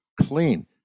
clean